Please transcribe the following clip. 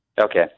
Okay